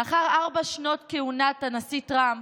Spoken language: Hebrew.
לאחר ארבע שנות כהונת הנשיא טראמפ,